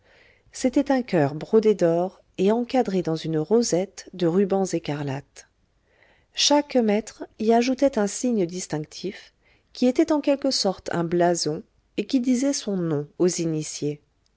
c'était un coeur brodé d'or et encadré dans une rosette de rubans écarlates chaque maître y ajoutait un signe distinctif qui était en quelque sorte un blason et qui disait son nom aux initiés